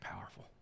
powerful